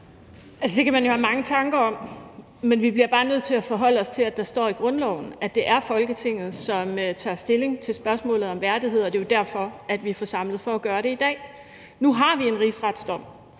det kan man jo have mange tanker om, men vi bliver bare nødt til at forholde os til, at der står i grundloven, at det er Folketinget, som tager stilling til spørgsmålet om værdighed, og det er jo derfor, vi er forsamlet for at gøre det i dag. Nu har vi en rigsretsdom,